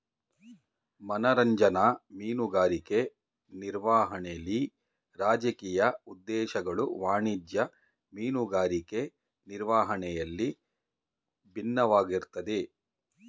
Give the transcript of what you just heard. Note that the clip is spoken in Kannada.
ಮನರಂಜನಾ ಮೀನುಗಾರಿಕೆ ನಿರ್ವಹಣೆಲಿ ರಾಜಕೀಯ ಉದ್ದೇಶಗಳು ವಾಣಿಜ್ಯ ಮೀನುಗಾರಿಕೆ ನಿರ್ವಹಣೆಯಲ್ಲಿ ಬಿನ್ನವಾಗಿರ್ತದೆ